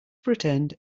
pretend